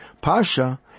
Pasha